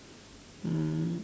mm